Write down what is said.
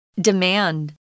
Demand